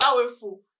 powerful